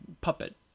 puppet